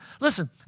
Listen